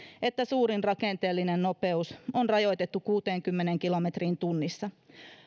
että suurin rakenteellinen nopeus on rajoitettu kuuteenkymmeneen kilometriin tunnissa